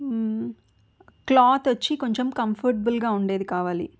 cloth వచ్చి కొంచెం కంఫర్టబుల్గా ఉండేది కావాలి